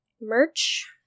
Merch